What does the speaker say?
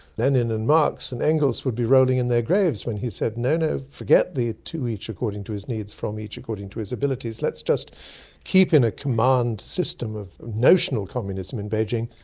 lenin and marx and engels would be rolling in their graves when he said, no, no, forget the two each according to his needs, from each according to his abilities, let's just keep in a command system of notional communism in beijing,